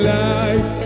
life